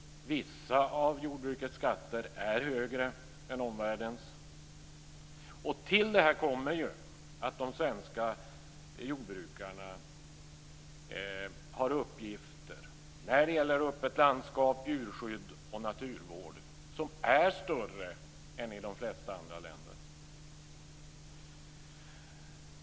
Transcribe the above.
Vissa av jordbrukets skatter är högre än omvärldens. Till det kommer att de svenska jordbrukarna har uppgifter när det gäller öppet landskap, djurskydd och naturvård som är större än i de flesta andra länder.